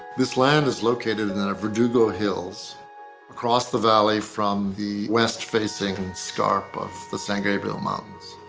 this land is located in a verdugo hills across the valley from the west facing scarp of the san gabriel mountains.